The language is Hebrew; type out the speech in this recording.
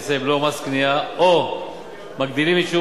מסי בלו ומס קנייה או מגדילים את שיעור